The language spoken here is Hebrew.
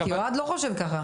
הנה, כי אוהד לא חושב ככה.